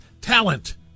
talent